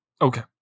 Okay